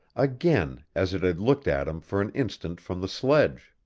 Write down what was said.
again as it had looked at him for an instant from the sledge.